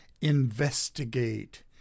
investigate